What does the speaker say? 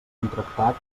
contractat